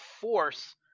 force